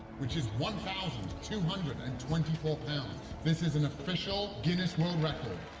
which is one thousand two hundred and twenty four pounds. this is an official guinness world record.